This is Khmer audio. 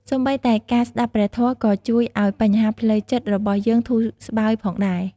សូម្បីតែការស្តាប់ព្រះធម៌ក៏ជួយឲ្យបញ្ហាផ្លូវចិត្តរបស់យើងធូរស្បើយផងដែរ។